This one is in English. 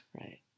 Right